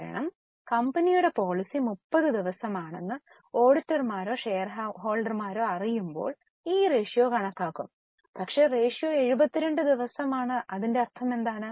കാരണം കമ്പനിയുടെ പോളിസി 30 ദിവസമാണെന്ന് ഓഡിറ്റർമാരോ ഷെയർഹോൾഡർമാരോ അറിയുമ്പോൾ ഈ റേഷ്യോ കണക്കാക്കും പക്ഷേ റേഷ്യോ 72 ദിവസമാണ് അതിന്റെ അർത്ഥമെന്താണ്